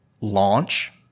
launch